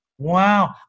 Wow